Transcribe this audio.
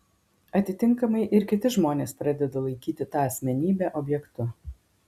atitinkamai ir kiti žmonės pradeda laikyti tą asmenybę objektu